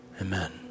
amen